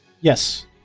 Yes